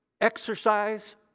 exercise